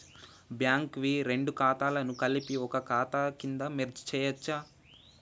Bank వి రెండు ఖాతాలను కలిపి ఒక ఖాతా కింద మెర్జ్ చేయచ్చా?